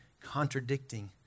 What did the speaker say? contradicting